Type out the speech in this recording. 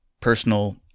personal